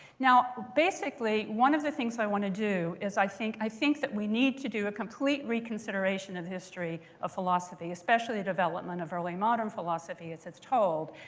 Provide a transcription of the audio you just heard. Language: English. now basically, one of the things i want to do is i think i think that we need to do a complete reconsideration of history, of philosophy, especially the development of early modern philosophy as it's told.